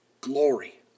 glory